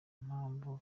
mpamvu